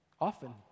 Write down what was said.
often